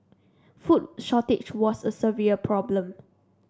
food shortage was a severe problem